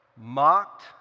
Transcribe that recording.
mocked